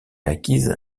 acquise